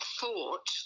thought